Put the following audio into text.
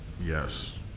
Yes